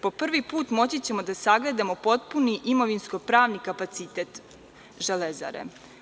Po prvi put, moći ćemo da sagledamo potpuni imovinsko pravni kapacitet „Železare“